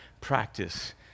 practice